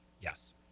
Yes